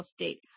state